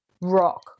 rock